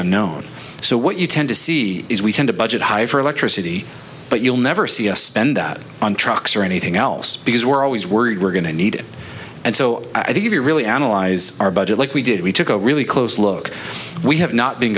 unknown so what you tend to see is we tend to budget high for electricity but you'll never see us spend that on trucks or anything else because we're always worried we're going to need and so i think if you really analyze our budget like we did we took a really close look we have not been